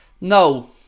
No